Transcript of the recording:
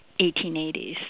1880s